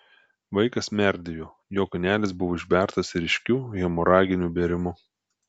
vaikas merdėjo jo kūnelis buvo išbertas ryškiu hemoraginiu bėrimu